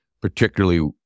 particularly